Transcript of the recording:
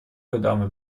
ادامه